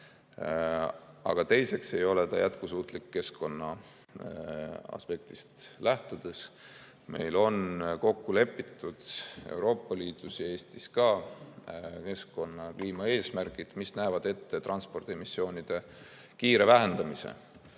aga teiseks ei ole ta jätkusuutlik keskkonnaaspektist lähtudes. Meil on kokku lepitud Euroopa Liidus ja Eestis ka kliimaeesmärgid, mis näevad ette transpordiemissioonide kiire vähendamise.